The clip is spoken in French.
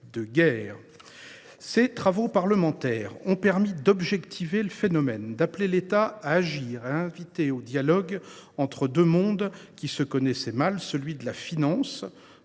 Ces travaux parlementaires ont permis d’objectiver le phénomène, d’appeler l’État à agir et d’inviter au dialogue entre deux mondes qui se connaissaient mal : d’une part, la finance,